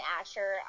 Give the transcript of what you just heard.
Asher